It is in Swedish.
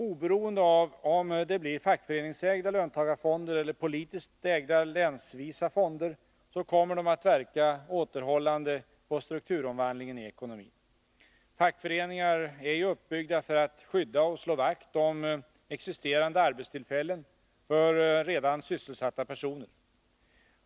Oberoende av om det blir fackföreningsägda löntagarfonder eller politiskt ägda, länsvisa fonder, kommer de att verka återhållande på strukturomvandlingen i ekonomin. Fackföreningarna är ju uppbyggda för att skydda och slå vakt om existerande arbetstillfällen för redan sysselsatta personer.